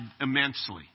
immensely